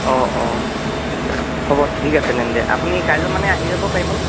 অঁ অঁ হ'ব ঠিক আছে তেন্তে আপুনি কাইলৈ মানে আহি যাব পাৰিবনে